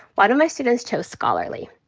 lot of my students chose scholarly.